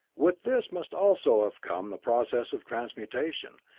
with this must also have come the process of transmutation,